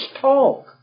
talk